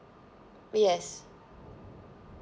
yes